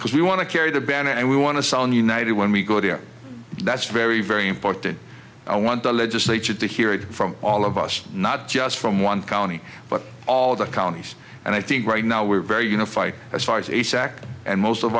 because we want to carry the banner and we want to sound united when we go there that's very very important i want the legislature to hear it from all of us not just from one county but all the counties and i think right now we're very unified as far as a sack and most of